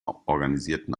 organisierten